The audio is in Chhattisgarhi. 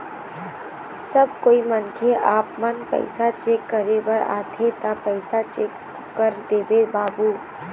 जब कोई मनखे आपमन पैसा चेक करे बर आथे ता पैसा चेक कर देबो बाबू?